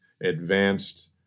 advanced